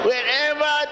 Wherever